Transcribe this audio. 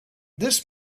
this